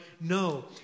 No